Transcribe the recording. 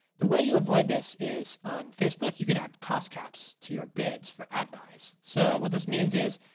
the way you avoid this is, on facebook you can add cost caps to your bids for ad buys. so what this means is,